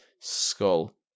skull